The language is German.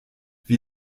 wie